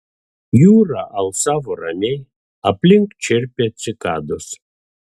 jūra alsavo ramiai aplink čirpė cikados